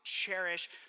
cherish